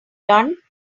done